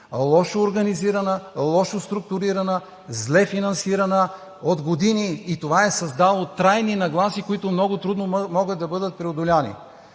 лошо организирана, лошо структурирана, зле финансирана от години. Това е създало трайни нагласи, които много трудно могат да бъдат преодолени.